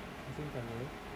I think I will